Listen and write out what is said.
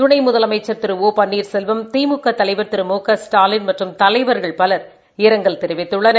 துணை முதலமைச்சா் திரு ஓ பன்னீாசெல்வம் திமுக தலைவா் திரு மு க ஸ்டாலின் மற்றும் தலைர்கள் பலர் இரங்கல் தெரிவித்துள்ளனர்